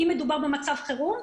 אם מדובר במצב חירום,